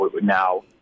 now